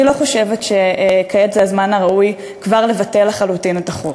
אני לא חושבת שכעת זה הזמן הראוי כבר לבטל לחלוטין את החוק,